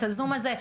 את הזום הזה,